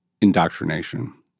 indoctrination